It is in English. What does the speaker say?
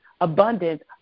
abundance